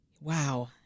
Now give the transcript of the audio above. Wow